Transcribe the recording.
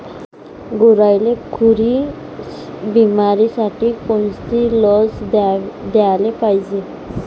गुरांइले खुरी बिमारीसाठी कोनची लस द्याले पायजे?